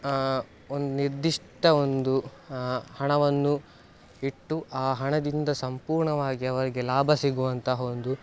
ಒಂದು ನಿರ್ದಿಷ್ಟ ಒಂದು ಹಣವನ್ನು ಇಟ್ಟು ಆ ಹಣದಿಂದ ಸಂಪೂರ್ಣವಾಗಿ ಅವರಿಗೆ ಲಾಭ ಸಿಗುವಂತಹ ಒಂದು